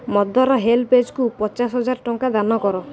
mother ହେଲ୍ପେଜ୍କୁ ପଚାଶହଜାର ଟଙ୍କା ଦାନ କର